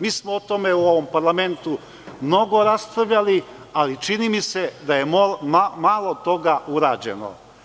Mi smo o tome u ovom parlamentu mnogo raspravljali, ali, čini mi se da je malo toga urađeno.